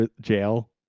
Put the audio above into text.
jail